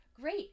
great